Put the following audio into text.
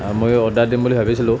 মইও অৰ্ডাৰ দিম বুলি ভাবিছিলো